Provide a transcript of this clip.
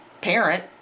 parent